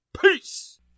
Peace